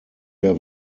der